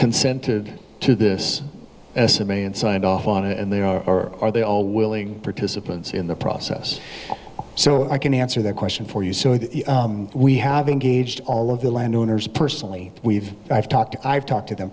consented to this estimate and signed off on it and they are or are they all willing participants in the process so i can answer that question for you so that we have engaged all of the land owners personally we've talked i've talked to them